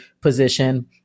position